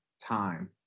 time